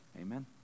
Amen